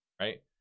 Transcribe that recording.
right